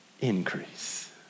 increase